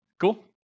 Cool